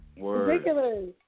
Ridiculous